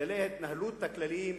בכללי ההתנהלות הכלליים,